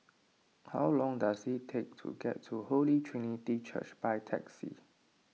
how long does it take to get to Holy Trinity Church by taxi